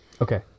Okay